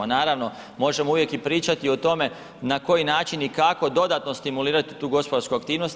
Naravno možemo uvijek i pričati o tome na koji način i kako dodatno stimulirati tu gospodarsku aktivnost.